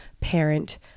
parent